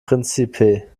príncipe